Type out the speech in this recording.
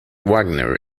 wagner